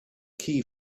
key